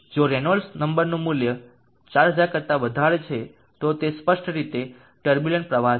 જો રેનોલ્ડ્સ નંબરનું મૂલ્ય 4000 કરતા વધારે છે તો તે સ્પષ્ટ રીતે ટર્બુલન્ટ પ્રવાહ છે